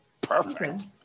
perfect